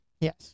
Yes